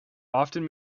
often